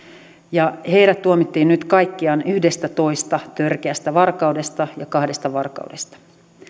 ja heidät tuomittiin nyt kaikkiaan yhdestätoista törkeästä varkaudesta ja kahdesta varkaudesta